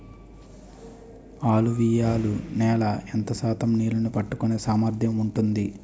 అలువియలు నేల ఎంత శాతం నీళ్ళని పట్టుకొనే సామర్థ్యం ఉంటుంది?